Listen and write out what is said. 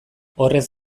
horrez